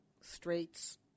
straits